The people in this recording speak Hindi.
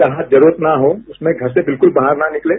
जहां जरूरत न हो उसमें घर से बिल्कुल बाहर न निकलें